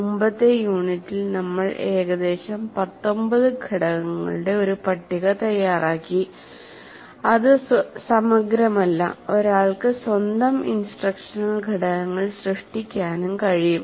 മുമ്പത്തെ യൂണിറ്റിൽ നമ്മൾ ഏകദേശം 19 ഘടകങ്ങളുടെ ഒരു പട്ടിക തയ്യാറാക്കി അത് സമഗ്രമല്ല ഒരാൾക്ക് സ്വന്തം ഇൻസ്ട്രക്ഷണൽ ഘടകങ്ങൾ സൃഷ്ടിക്കാനും കഴിയും